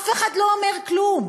אף אחד לא אומר כלום.